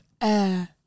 air